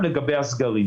לגבי הסגרים